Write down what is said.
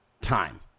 time